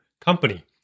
company